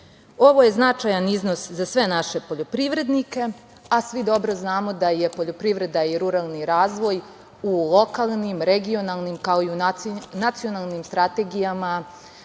Ovo je značajan iznos za sve naše poljoprivrednike, a svi dobro znamo da je poljoprivreda i ruralni razvoj u lokalnim, regionalnim, kao i u nacionalnim strategijama